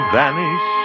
vanish